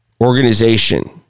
organization